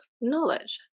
knowledge